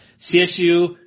CSU